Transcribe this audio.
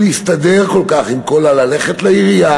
להסתדר כל כך עם כל הללכת לעירייה,